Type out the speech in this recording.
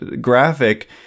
graphic